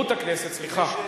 סליחה,